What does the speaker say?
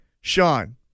Sean